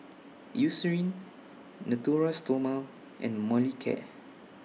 Eucerin Natura Stoma and Molicare